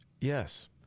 Yes